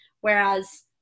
Whereas